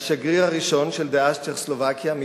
היה השגריר הראשון של צ'כוסלובקיה דאז,